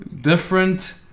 different